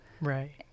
right